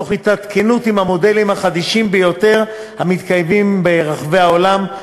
תוך התעדכנות במודלים החדישים ביותר המתקיימים ברחבי העולם.